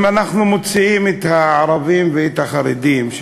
אם אנחנו מוציאים את הערבים ואת החרדים,